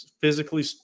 physically